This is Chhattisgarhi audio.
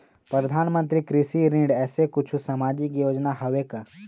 परधानमंतरी कृषि ऋण ऐसे कुछू सामाजिक योजना हावे का?